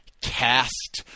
Cast